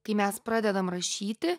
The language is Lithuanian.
kai mes pradedam rašyti